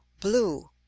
Blue